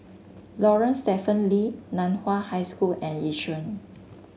Lorong Stephen Lee Nan Hua High School and Yishun